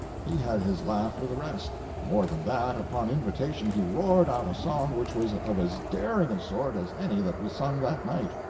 he had his laugh with the rest more than that, upon invitation he roared out a song which was of as daring a sort as any that was sung that night.